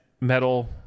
metal